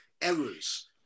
errors